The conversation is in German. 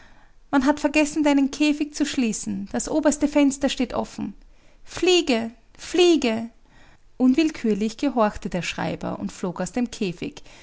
man hat vergessen deinen käfig zu schließen das oberste fenster steht offen fliege fliege unwillkürlich gehorchte der schreiber und flog aus dem käfig